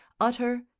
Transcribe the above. utter